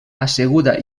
asseguda